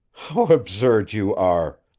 how absurd you are!